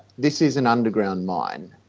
this is an underground mine.